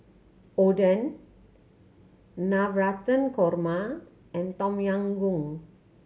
Oden Navratan Korma and Tom Yam Goong